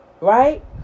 right